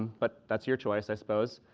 but that's your choice, i suppose.